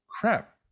crap